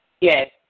Yes